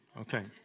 Okay